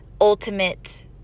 ultimate